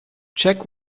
check